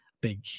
big